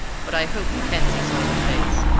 but i hope mackenzie saw your face?